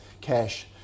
cash